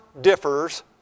differs